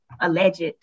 alleged